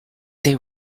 they